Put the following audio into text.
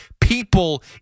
people